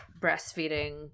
breastfeeding